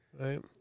right